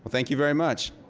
thank you very much.